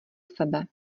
sebe